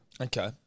Okay